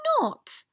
not